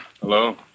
Hello